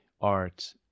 art